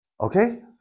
Okay